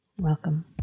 Welcome